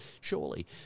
surely